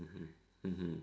mmhmm